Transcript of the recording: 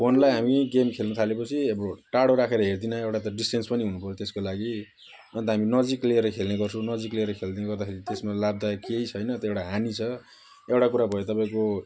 फोनलाई हामी गेम खेल्नु थालेपछि अब टाढो राखेर हेर्दैनौँ एउटा त डिस्टेन्स पनि हुनुपर्यो त्यसको लागि अन्त हामी नजिक लिएर खेल्ने गर्छौँ नजिक लिएर खेल्ने गर्दाखेरि त्यसमा लाभदायक केही छैन त्यो एउटा हानि छ एउटा कुरा भयो तपाईँको